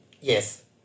Yes